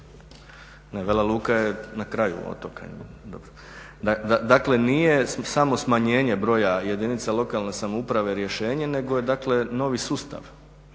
općina funkcionirali bi lošije. Dakle nije samo smanjenje broja jedinica lokalne samouprave rješenje nego je novi sustav.